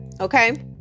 Okay